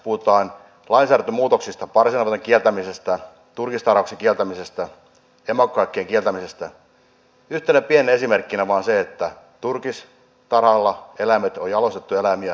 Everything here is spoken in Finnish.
jos puhutaan lainsäädäntömuutoksista parsinavetan kieltämisestä turkistarhauksen kieltämisestä emakkohäkkien kieltämisestä yhtenä pienenä esimerkkinä vain se että turkistarhalla eläimet ovat jalostettuja eläimiä eivät ne pärjää luonnossa